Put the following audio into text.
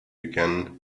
began